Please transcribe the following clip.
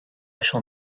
shall